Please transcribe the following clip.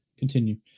Continue